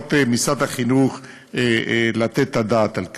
ניאות משרד החינוך לתת את הדעת על כך.